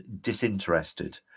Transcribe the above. disinterested